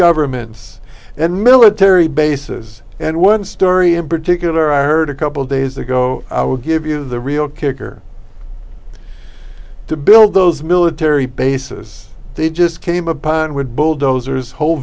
governments and military bases and one story in particular i heard a couple days ago i would give you the real kicker to build those military bases they just came upon wood bulldozers whol